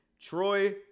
Troy